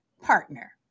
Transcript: partner